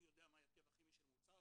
הוא יודע מה ההרכב הכימי של מוצר?